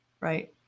Right